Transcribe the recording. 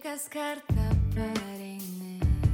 kas kartą pareini